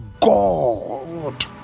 god